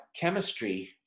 chemistry